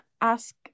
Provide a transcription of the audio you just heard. ask